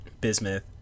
Bismuth